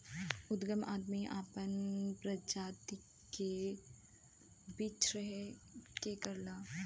उदगम आदमी आपन प्रजाति के बीच्रहे के करला